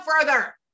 further